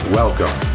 welcome